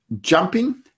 jumping